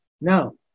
now